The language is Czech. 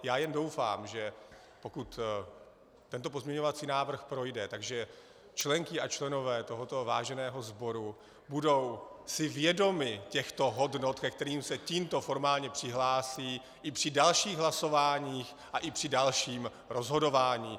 Já jen doufám, že pokud tento pozměňovací návrh projde, že si členky a členové tohoto váženého sboru budou vědomi těchto hodnot, ke kterým se tímto formálně přihlásí, i při dalších hlasováních a i při dalším rozhodování.